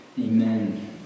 Amen